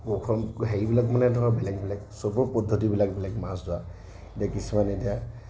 হেৰিবিলাক মানে ধৰক বেলেগ বেলেগ সবৰ পদ্ধতি বিলাক বেলেগ মাছ ধৰা এতিয়া কিছুমানে এতিয়া